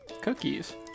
Cookies